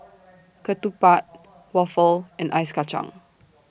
Ketupat Waffle and Ice Kachang